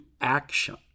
action